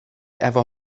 efo